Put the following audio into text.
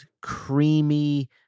creamy